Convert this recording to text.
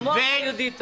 המוח היהודי פה.